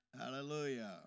Hallelujah